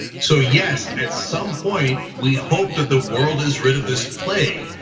so yes, at some point, we hope that the world is rid of this plague.